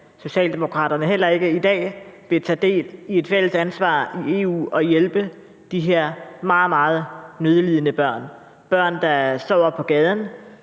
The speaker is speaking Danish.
Socialdemokraterne heller ikke i dag vil tage del i et fælles ansvar i EU og hjælpe de her meget, meget nødlidende børn – børn, der sover på gaden,